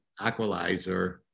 aqualizer